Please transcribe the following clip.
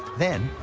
then,